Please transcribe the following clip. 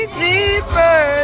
deeper